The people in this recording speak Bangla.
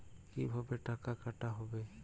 কিভাবে টাকা কাটা হবে?